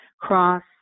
Cross